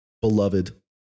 Beloved